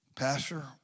Pastor